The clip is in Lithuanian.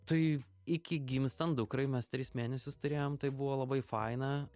tai iki gimstant dukrai mes tris mėnesius turėjom tai buvo labai faina